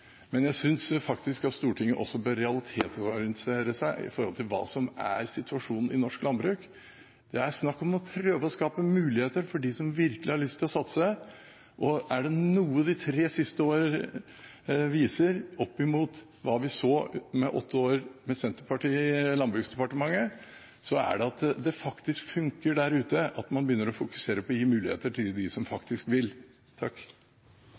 Men jeg synes faktisk at Stortinget også bør realitetsorientere seg om hva som er situasjonen i norsk landbruk. Det er snakk om å prøve å skape muligheter for dem som virkelig har lyst til å satse, og er det noe de tre siste år viser, oppimot hva vi så etter åtte år med Senterpartiet i Landbruks- og matdepartementet, så er det at det faktisk funker der ute, at man begynner å fokusere på å gi muligheter til dem som faktisk vil.